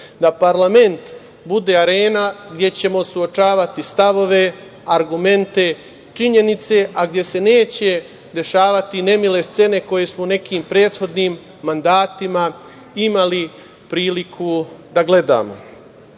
da parlament bude arena gde ćemo suočavati stavove, argumente, činjenice, gde se neće dešavati nemile scene koje smo u nekim prethodnim mandatima imali priliku da